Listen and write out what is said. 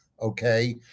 Okay